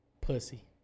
pussy